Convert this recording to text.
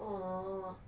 orh